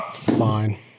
Fine